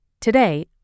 Today